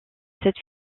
cette